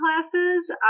classes